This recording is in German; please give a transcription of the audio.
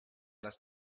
das